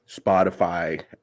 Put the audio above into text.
Spotify